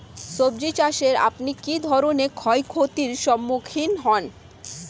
সবজী চাষে আপনি কী ধরনের ক্ষয়ক্ষতির সম্মুক্ষীণ হন?